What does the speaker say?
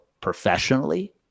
professionally